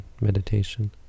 meditation